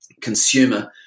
consumer